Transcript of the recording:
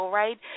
right